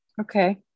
okay